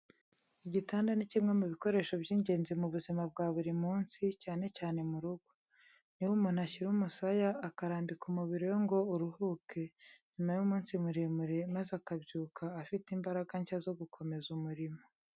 Igitanda ni kimwe mu bikoresho by’ingenzi mu buzima bwa buri munsi, cyane cyane mu rugo. Niho umuntu ashyira umusaya, akarambika umubiri we ngo uruhuke nyuma y’umunsi muremure maze akabyuka afite imbaraga nshya zo gukomeza umurimo.